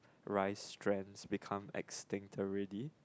rice strain become extinct already